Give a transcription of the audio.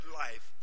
life